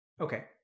Okay